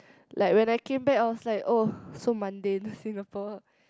like when I come back I was like oh so mundane Singapore